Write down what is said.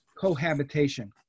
Cohabitation